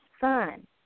son